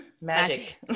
magic